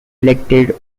elected